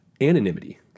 Anonymity